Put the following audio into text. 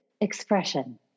expression